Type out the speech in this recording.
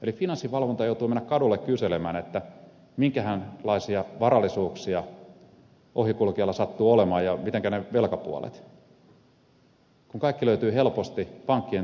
eli finanssivalvonta joutuu menemään kadulle kyselemään että minkähänlaisia varallisuuksia ohikulkijalla sattuu olemaan ja mitenkä ovat ne velkapuolet kun kaikki löytyy helposti pankkien tietokannasta